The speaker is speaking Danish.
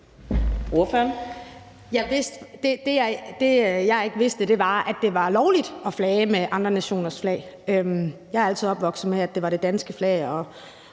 Det, jeg ikke vidste, var, at det var lovligt at flage med andre nationers flag. Jeg er altid opvokset med, at det var det danske flag,